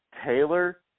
Taylor